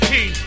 Key